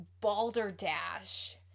balderdash